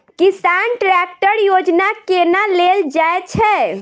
किसान ट्रैकटर योजना केना लेल जाय छै?